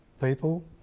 people